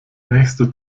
nächste